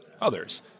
others